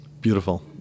Beautiful